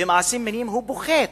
במעשים מיניים פוחת.